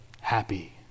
happy